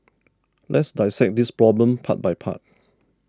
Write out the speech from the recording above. let's dissect this problem part by part